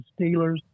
Steelers